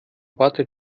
wartet